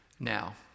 now